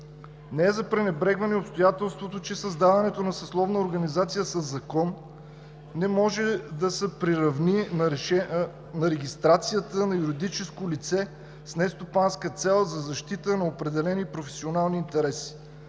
Не е за пренебрегване и обстоятелството, че създаването на съсловна организация със закон не може да се приравни на регистрацията на юридическо лице с нестопанска цел за защита на определени професионални интереси.